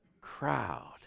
crowd